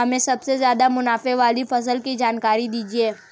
हमें सबसे ज़्यादा मुनाफे वाली फसल की जानकारी दीजिए